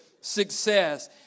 success